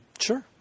Sure